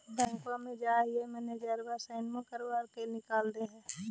बैंकवा मे जाहिऐ मैनेजरवा कहहिऐ सैनवो करवा के निकाल देहै?